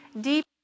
deep